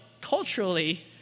culturally